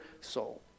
soul